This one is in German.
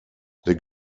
der